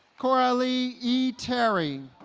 coralie e. terry